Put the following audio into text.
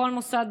בכל מוסד,